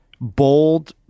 bold